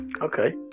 Okay